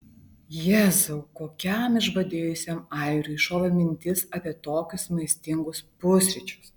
jėzau kokiam išbadėjusiam airiui šovė mintis apie tokius maistingus pusryčius